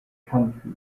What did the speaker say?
country